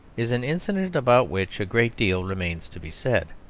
is an incident about which a great deal remains to be said.